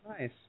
nice